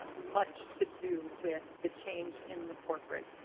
much to do with the change in the courtroom.